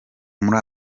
muri